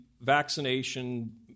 vaccination